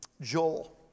Joel